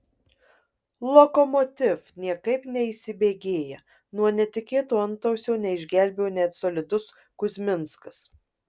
lokomotiv niekaip neįsibėgėja nuo netikėto antausio neišgelbėjo net solidus kuzminskas